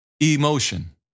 Emotion